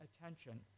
attention